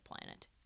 planet